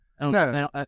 No